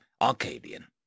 Arcadian